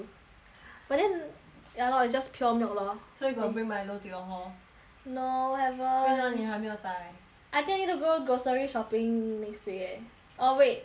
but then ya lor it's just pure milk lor so you got bring milo to your hall no haven't 为什么你还没有带 I think need to go grocery shopping next week eh oh wait on wednesday